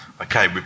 Okay